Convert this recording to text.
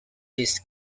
these